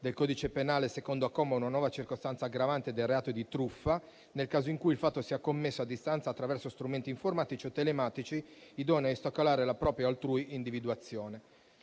del codice penale, secondo comma, una nuova circostanza aggravante del reato di truffa, nel caso in cui il fatto sia commesso a distanza attraverso strumenti informatici o telematici idonei a ostacolare la propria o altrui individuazione.